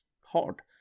hard